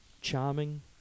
charming